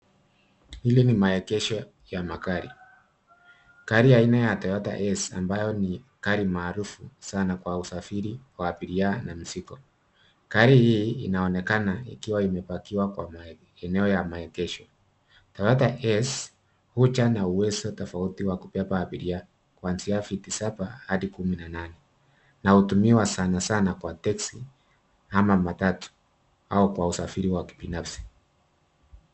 Ile ni maegesho ya magari. Gari aina ya Toyota Heiser ambayo ni gari maarufu sana kwa usafiri wa abiria na mizigo. Gari hii inaonekana ikiwa imepakiwa kwa eneo ya maegesho. Toyota Heiser huja na uwezo tofauti wa kubeba abiria kwanzia viti saba hadi kumi na nane, na hutumiwa sana sana kwa teksi ama matatu au kwa usafiri wa kibinafsi.